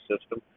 system